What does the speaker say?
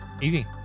Easy